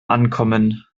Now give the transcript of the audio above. ankommen